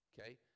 okay